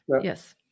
yes